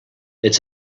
it’s